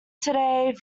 today